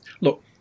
look